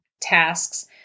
tasks